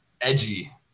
Edgy